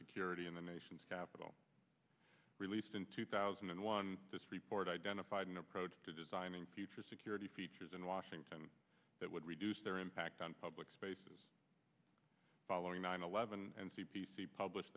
security in the nation's capital released in two thousand and one this report identified an approach to designing future security features in washington that would reduce their impact on public spaces following nine eleven and c b c publish